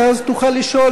ואז תוכל לשאול.